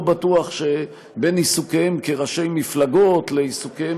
לא בטוח שבין עיסוקיהם כראשי מפלגות לעיסוקיהם